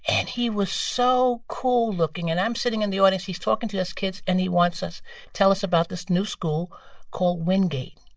and he was so cool looking. and i'm sitting in the audience. he's talking to us kids. and he wants to tell us about this new school called wingate.